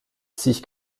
sich